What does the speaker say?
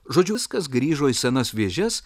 žodžiu viskas grįžo į senas vėžias